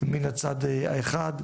מן הצד האחד,